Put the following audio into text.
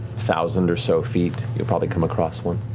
thousand or so feet, you'll probably come across one.